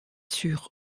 sûr